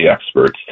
experts